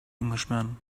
englishman